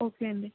okay అండి